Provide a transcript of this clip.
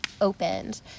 opened